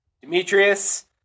Demetrius